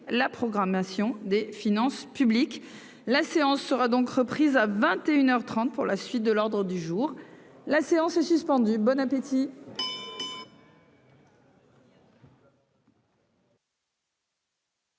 la programmation des finances publiques, la séance sera donc reprise à 21 heures 30 pour la suite de l'Ordre du jour, la séance est suspendue, bon appétit.